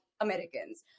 Americans